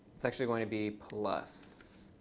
it's actually going to be plus,